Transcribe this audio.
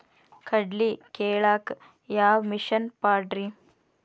ಕಡ್ಲಿ ಕೇಳಾಕ ಯಾವ ಮಿಷನ್ ಪಾಡ್ರಿ?